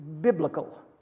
biblical